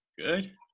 Good